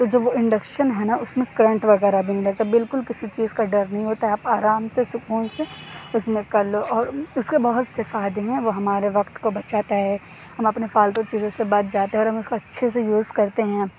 تو جو وہ انڈکشن ہے نا اُس میں کرنٹ وغیرہ بھی نہیں لگتا بالکل کسی چیز کا ڈر نہیں ہوتا آپ آرام سے سکون سے اُس میں کر لو اور اُس کے بہت سے فائدے ہیں وہ ہمارے وقت کو بچاتا ہے ہم اپنے فالتو چیزوں سے بچ جاتے ہیں اور ہم اچھے سے یوز کرتے ہیں ہم